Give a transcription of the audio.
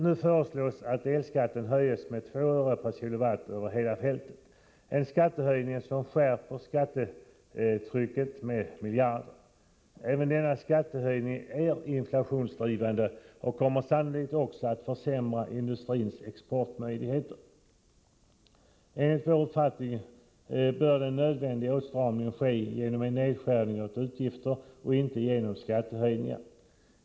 Nu föreslås att elskatten höjs med 2 öre per kWh över hela fältet, en skattehöjning som skärper skattetrycket med miljarder. Även denna skattehöjning är inflationsdrivande och kommer sannolikt också att försämra industrins exportmöjligheter. Enligt vår uppfattning bör den nödvändiga åtstramningen ske genom en nedskärning av utgifterna och inte genom skattehöjningar.